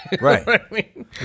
right